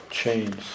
chains